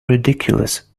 ridiculous